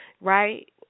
Right